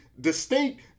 distinct